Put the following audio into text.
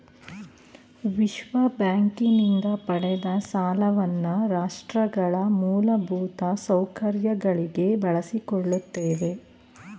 ವಿಶ್ವಬ್ಯಾಂಕಿನಿಂದ ಪಡೆದ ಸಾಲವನ್ನ ರಾಷ್ಟ್ರಗಳ ಮೂಲಭೂತ ಸೌಕರ್ಯಗಳಿಗೆ ಬಳಸಿಕೊಳ್ಳುತ್ತೇವೆ